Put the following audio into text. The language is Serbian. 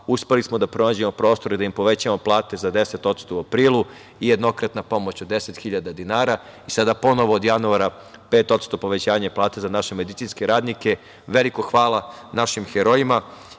uspeli smo da pronađemo prostor i da im povećamo plate za 10% u aprilu i jednokratna pomoć od 10.000 dinara i sada ponovo od januara 5% povećanje za naše medicinske radnike. Veliko hvala našim herojima